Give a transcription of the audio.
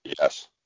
Yes